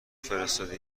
فرستادی